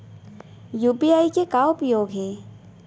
UPI के का उपयोग हे?